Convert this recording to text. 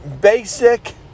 basic